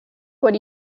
would